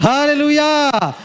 Hallelujah